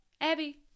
abby